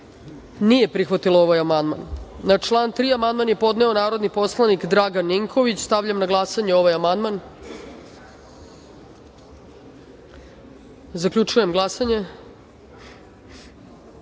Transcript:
nije prihvatila ovaj amandman. Na član 7. amandman je podneo narodni poslanik Borko Stefanović. Stavljam na glasanje amandman. Zaključujem glasanje: